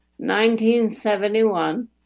1971